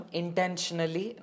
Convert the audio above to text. intentionally